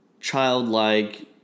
childlike